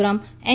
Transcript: ગ્રામ N